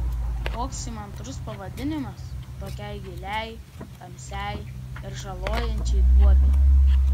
koks įmantrus pavadinimas tokiai giliai tamsiai ir žalojančiai duobei